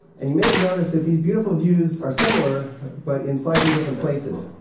and you may have noticed that these beautiful views are similar, but in slightly different places.